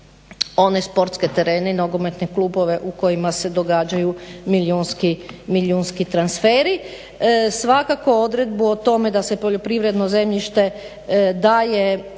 one sportske terene i nogometne klubove u kojima se događaju milijunski transferi. Svakako odredbu o tome da se poljoprivredno zemljište daje